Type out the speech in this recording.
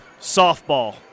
Softball